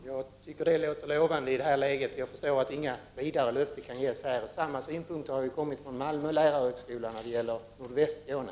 Herr talman! Jag tycker det låter lovande i det här läget. Jag förstår att inga vidare löften kan ges här. Samma synpunkter har också kommit från lärarhögskolan i Malmö när det gäller nordvästra Skåne.